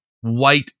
white